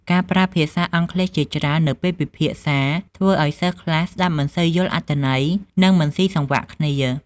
ការប្រើភាសាអង់គ្លេសជាច្រើននៅពេលពិភាក្សាធ្វើឱ្យសិស្សខ្លះស្តាប់មិនសូវយល់អត្ថន័យនិងមិនសុីសង្វាក់គ្នា។